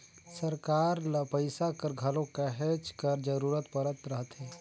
सरकार ल पइसा कर घलो कहेच कर जरूरत परत रहथे